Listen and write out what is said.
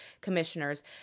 commissioners